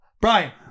Brian